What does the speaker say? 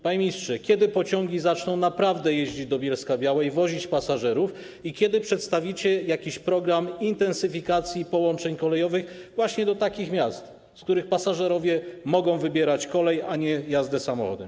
Panie ministrze, kiedy pociągi zaczną naprawdę jeździć do Bielska-Białej, wozić pasażerów i kiedy przedstawicie jakiś program intensyfikacji połączeń kolejowych właśnie do takich miast, z których pasażerowie mogą wybierać kolej, a nie jazdę samochodem?